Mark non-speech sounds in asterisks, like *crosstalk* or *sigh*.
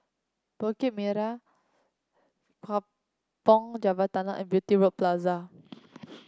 Bukit *unintelligible* Kampong Java Tunnel and Beauty World Plaza